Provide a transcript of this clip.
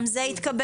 גם זה התקבל.